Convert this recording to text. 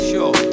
Sure